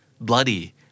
bloody